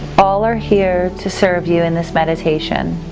all are here to serve you in this meditation.